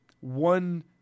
one